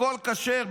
הכול כשר,